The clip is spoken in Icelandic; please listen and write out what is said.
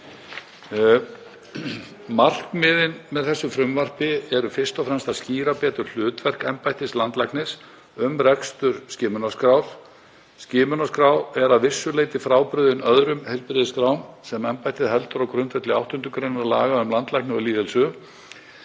Markmiðin með þessu frumvarpi eru fyrst og fremst að skýra betur hlutverk embættis landlæknis um rekstur skimunarskrár. Skimunarskrá er að vissu leyti frábrugðin öðrum heilbrigðisskrám sem embættið heldur á grundvelli 8. gr. laga um landlækni og lýðheilsu,